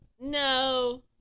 No